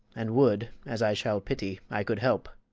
and would, as i shall pity, i could help!